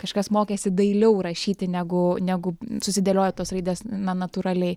kažkas mokėsi dailiau rašyti negu negu susidėlioja tos raidės na natūraliai